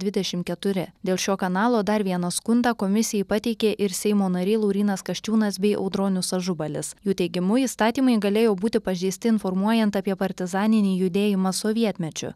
dvidešimt keturi dėl šio kanalo dar vieną skundą komisijai pateikė ir seimo nariai laurynas kasčiūnas bei audronius ažubalis jų teigimu įstatymai galėjo būti pažeisti informuojant apie partizaninį judėjimą sovietmečiu